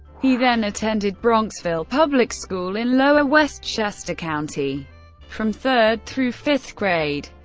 he then attended bronxville public school in lower westchester county from third through fifth grade.